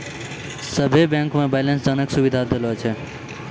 सभे बैंक मे बैलेंस जानै के सुविधा देलो छै